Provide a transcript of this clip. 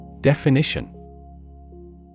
Definition